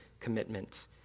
commitment